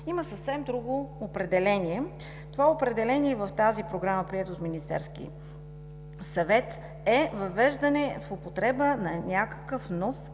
има съвсем друго определение. Определението в тази програма, приета от Министерския съвет, е: „Въвеждане в употреба на някакъв нов